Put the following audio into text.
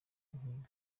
nkine